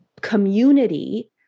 community